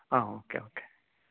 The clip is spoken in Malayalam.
ആ ഓക്കേ ഓക്കേ